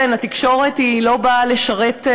כן, התקשורת לא באה לשרת,